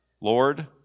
Lord